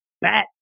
bat